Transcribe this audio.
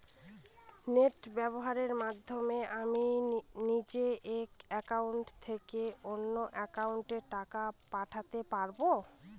Net ব্যবহারের মাধ্যমে আমি নিজে এক অ্যাকাউন্টের থেকে অন্য অ্যাকাউন্টে টাকা পাঠাতে পারব?